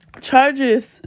charges